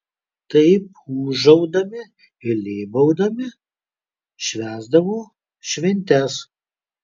taip ūžaudami ir lėbaudami švęsdavo šventes